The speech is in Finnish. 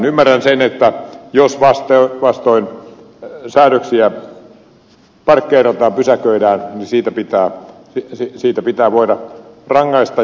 ymmärrän sen että jos vastoin säädöksiä parkkeerataan pysäköidään niin siitä pitää voida rangaista